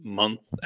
month